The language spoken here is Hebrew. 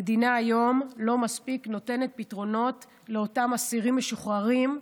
המדינה היום לא נותנת מספיק פתרונות לאותם אסירים משוחררים,